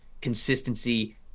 consistency